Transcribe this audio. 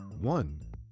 One